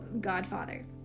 Godfather